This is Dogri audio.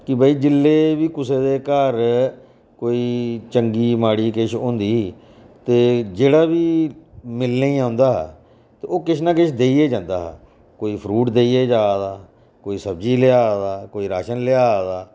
कि भाई जेल्लै बी कुसे दे घर कोई चंगी माड़ी किश होंदी ते जेह्ड़ा बी मिलने गी औंदा हा ते ओह् किश ना किश देई गै जंदा हा कोई फरूट देइयै जा दा कोई सब्जी लेआ दा कोई राशन लेआ दा